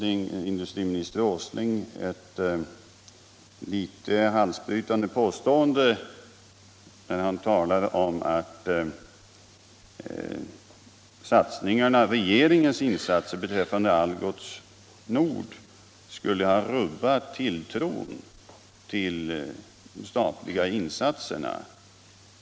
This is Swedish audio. Industriminister Åsling gör sedan ett något halsbrytande påstående = Nr 33 när han talar om att den förra regeringens löften om insatser beträffande Algots Nord skulle ha rubbat tilltron till de statliga insatserna.